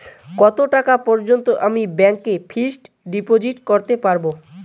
কত টাকা পর্যন্ত আমি ব্যাংক এ ফিক্সড ডিপোজিট করতে পারবো?